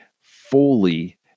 fully